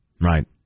Right